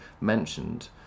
mentioned